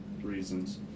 reasons